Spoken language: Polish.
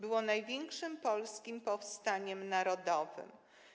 Było największym polskim powstaniem narodowym.